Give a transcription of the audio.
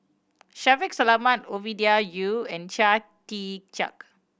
Shaffiq Selamat Ovidia Yu and Chia Tee Chiak